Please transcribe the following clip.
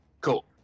Cool